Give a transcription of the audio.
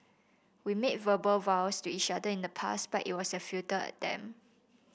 we made verbal vows to each other in the past but it was a futile attempt